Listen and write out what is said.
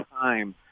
time